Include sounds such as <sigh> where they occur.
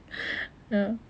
<breath> ya